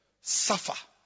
Suffer